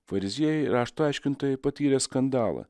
fariziejai rašto aiškintojai patyrę skandalą